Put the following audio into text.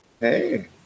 Hey